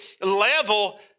level